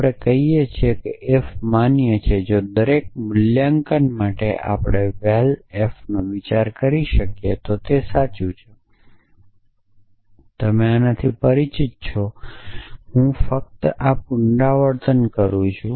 આપણે કહીએ છીએ કે f માન્ય છે જો દરેક મૂલ્યાંકન માટે આપણે Val f નો વિચાર કરી શકીએ તો તે સાચું છે તમે આનાથી પરિચિત છો હું ફક્ત આ પુનરાવર્તન કરું છું